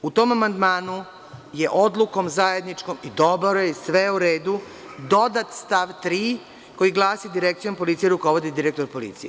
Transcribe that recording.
U tom amandmanu je odlukom, zajedničkom, i dobro je i sve je u redu, dodat stav 3. koji glasi – direkcijom policije rukovodi direktor policije.